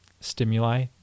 stimuli